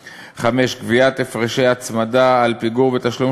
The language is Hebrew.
5. קביעת הפרשי הצמדה על פיגור בתשלום